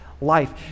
life